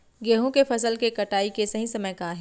गेहूँ के फसल के कटाई के सही समय का हे?